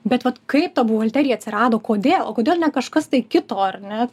bet vat kaip ta buhalterija atsirado kodėl o kodėl ne kažkas tai kito ar ne